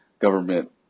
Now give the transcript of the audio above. government